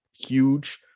huge